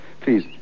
please